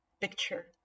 picture